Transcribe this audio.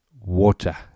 Water